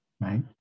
right